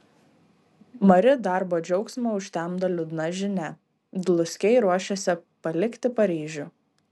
mari darbo džiaugsmą užtemdo liūdna žinia dluskiai ruošiasi palikti paryžių